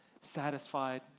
satisfied